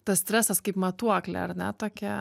tas stresas kaip matuoklė ar ne tokia